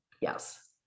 Yes